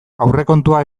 aurrekontua